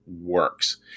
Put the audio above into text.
works